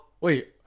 Wait